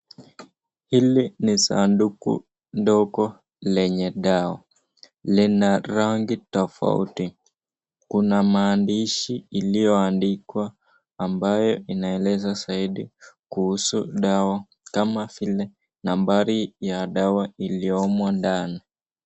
Hili ni sanduku ndogo lenye dawa. Lina rangi tofauti. Kuna maandishi ilioandikwa ambayo inaeleza zaidi kuhusu dawa kama vile nambari ya dawa iliomo ndani.